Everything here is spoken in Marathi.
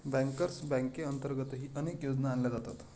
बँकर्स बँकेअंतर्गतही अनेक योजना आणल्या जातात